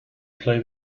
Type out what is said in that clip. play